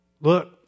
look